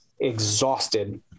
exhausted